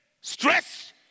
Stress